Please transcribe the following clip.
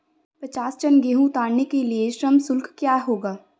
पचास टन गेहूँ उतारने के लिए श्रम शुल्क क्या होगा?